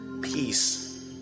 peace